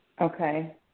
Okay